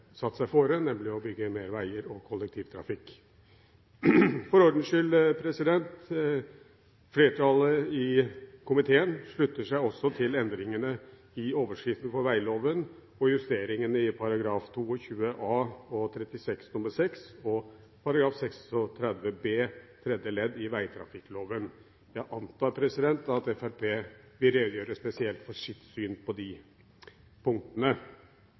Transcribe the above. satt seg fore, nemlig å bygge flere veier og bygge ut kollektivtrafikken. For ordens skyld: Flertallet i komiteen slutter seg til endringene i veilovens overskrift og til justeringene i § 22 a, 36 nr. 6 og § 36 b tredje ledd i veitrafikkloven. Jeg antar at Fremskrittspartiet vil redegjøre spesielt for sitt syn på de punktene.